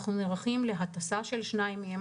אנחנו נערכים להטסה רפואית של שניים מהם